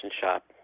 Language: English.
shop